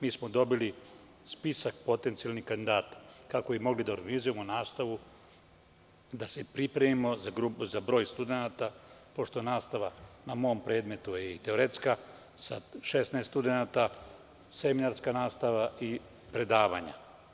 Mi smo dobili spisak potencijalnih kandidata kako bi mogli da organizujemo nastavu, da se pripremimo za broj studenata, pošto je nastava na mom predmetu i teoretska sa 16 studenata, seminarska nastava i predavanja.